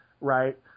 Right